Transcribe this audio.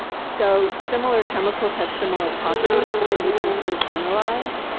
so similar chemicals have similar properties so you can sort of generalize,